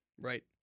right